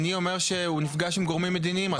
אומרים שנפגש עם גורמים מדיניים רק